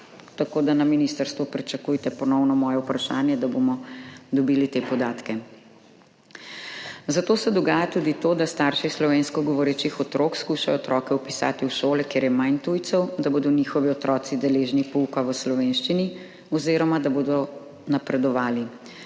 Tako da na ministrstvu pričakujete ponovno moje vprašanje, da bomo dobili te podatke. Zato se dogaja tudi to, da starši slovensko govorečih otrok skušajo otroke vpisati v šole, kjer je manj tujcev, da bodo njihovi otroci deležni pouka v slovenščini oziroma da bodo napredovali.